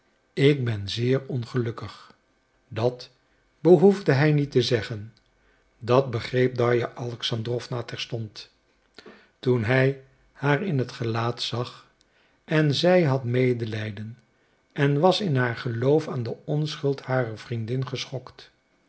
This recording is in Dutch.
ik ben zeer ongelukkig dat behoefde hij niet te zeggen dat begreep darja alexandrowna terstond toen hij haar in het gelaat zag en zij had medelijden en was in haar geloof aan de onschuld harer vriendin geschokt